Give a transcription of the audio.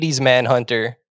Manhunter